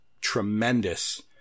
tremendous